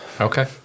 Okay